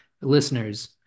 listeners